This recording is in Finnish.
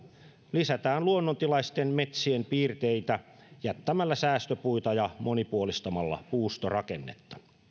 lisätään luonnontilaisten metsien piirteitä jättämällä säästöpuita ja monipuolistamalla puustorakennetta